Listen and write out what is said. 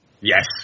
Yes